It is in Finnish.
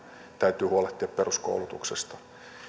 täytyy huolehtia peruskoulutuksesta